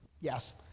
yes